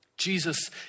Jesus